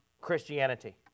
Christianity